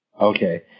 Okay